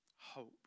hope